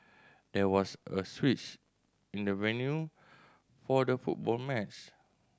there was a switch in the venue for the football match